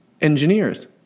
engineers